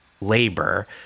labor